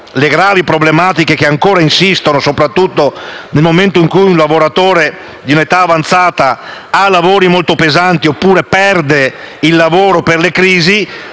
le gravi problematiche che ancora insistono, soprattutto quando un lavoratore in età avanzata fa lavori molto pesanti perde il lavoro per la crisi.